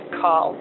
call